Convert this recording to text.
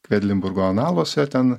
kvedlinburgo analuose ten